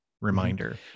reminder